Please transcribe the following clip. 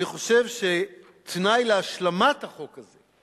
אני חושב שתנאי להשלמת החוק הזה הוא